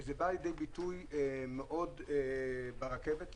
וזה בא לידי ביטוי מאוד ברכבת למשל.